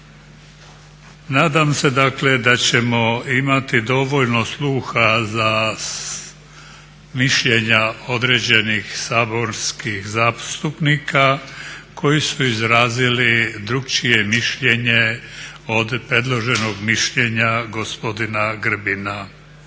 Nadam se dakle da ćemo imati dovoljno sluha za mišljenja određenih saborskih zastupnika koji su izrazili drukčije mišljenje od predloženog mišljenja gospodina Grbina.